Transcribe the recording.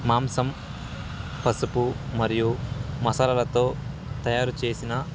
మాంసం పసుపు మరియు మసాలాలతో తయారు చేసిన